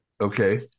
Okay